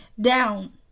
down